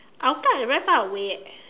Hougang is very far away eh